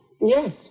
Yes